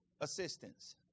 assistance